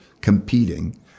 competing